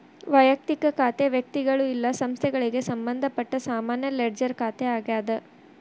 ವಯಕ್ತಿಕ ಖಾತೆ ವ್ಯಕ್ತಿಗಳು ಇಲ್ಲಾ ಸಂಸ್ಥೆಗಳಿಗೆ ಸಂಬಂಧಪಟ್ಟ ಸಾಮಾನ್ಯ ಲೆಡ್ಜರ್ ಖಾತೆ ಆಗ್ಯಾದ